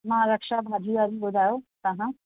मां रक्षा भाॼी वारी ॿुधायो तव्हां